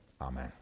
Amen